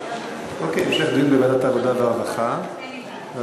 אוקיי, המשך דיון בוועדת העבודה, הרווחה והבריאות.